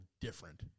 different